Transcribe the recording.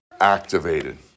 activated